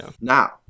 Now